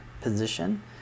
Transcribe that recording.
position